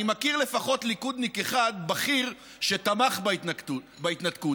אני מכיר לפחות ליכודניק אחד בכיר שתמך בהתנתקות.